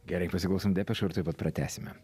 gerai pasiklausom depešų ir tuoj pat pratęsime